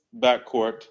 backcourt